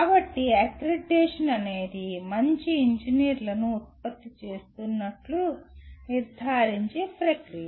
కాబట్టి అక్రిడిటేషన్ అనేది మంచి ఇంజనీర్లను ఉత్పత్తి చేస్తున్నట్లు నిర్ధారించే ప్రక్రియ